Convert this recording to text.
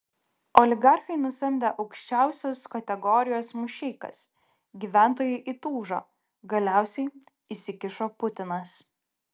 oligarchai nusamdė aukščiausios kategorijos mušeikas gyventojai įtūžo galiausiai įsikišo putinas